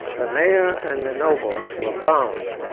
the mayor and the nobles were bound,